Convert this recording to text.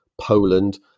Poland